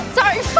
sorry